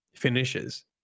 Finishes